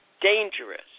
dangerous